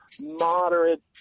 moderate